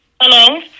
Hello